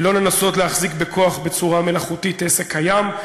ולא לנסות להחזיק בכוח בצורה מלאכותית עסק קיים.